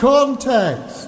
Context